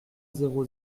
zéro